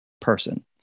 person